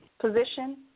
position